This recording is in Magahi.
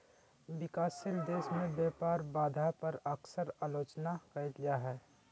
विकासशील देश में व्यापार बाधा पर अक्सर आलोचना कइल जा हइ